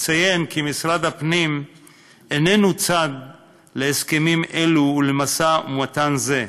אציין כי משרד הפנים איננו צד להסכמים אלו ולמשא-ומתן זה,